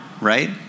right